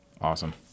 Awesome